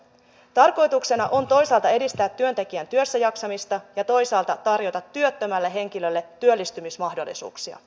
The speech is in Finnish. tarkoituksena on toisaalta edistää työtekijän työssäjaksamista ja toisaalta tarjota työttömälle henkilölle työllistymismahdollisuuksia